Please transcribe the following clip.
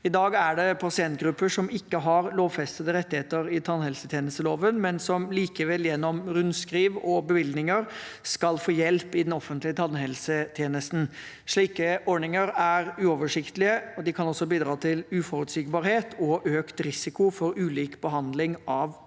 I dag er det pasientgrupper som ikke har lovfestede rettigheter i tannhelsetjenesteloven, men som likevel gjennom rundskriv og bevilgninger skal få hjelp i den offentlige tannhelsetjenesten. Slike ordninger er uoversiktlige. De kan også bidra til uforutsigbarhet og